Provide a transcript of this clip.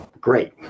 Great